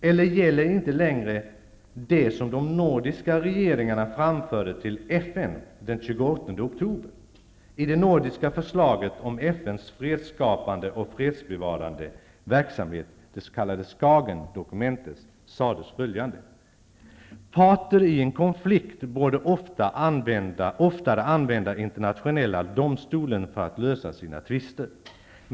Eller gäller inte längre det som de nordiska regeringarna framförde till FN den I det nordiska förslaget om FN:s fredsskapande och fredsbevarande verksamhet, det s.k.Skagendokumentet, sades följande: ''Parter i en konflikt borde oftare använda Internationella domstolen för att lösa sina tvister.